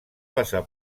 passar